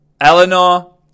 Eleanor